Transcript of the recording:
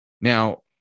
Now